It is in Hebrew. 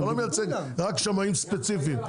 אתה לא מייצג רק שמאים ספציפיים.